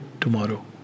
tomorrow